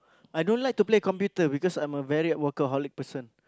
I don't like to play computer because I'm a very workaholic person